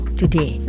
today